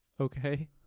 Okay